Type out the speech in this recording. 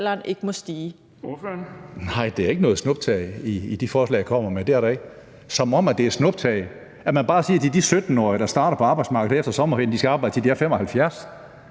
Nej, der er ikke noget snuptag i de forslag, jeg kommer med. Som om det er et snuptag, at man bare siger til de 17-årige, der starter på arbejdsmarkedet her efter sommer, at de skal arbejde, til de er 75.